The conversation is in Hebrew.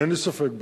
אין לי ספק בזה.